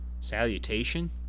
salutation